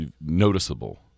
noticeable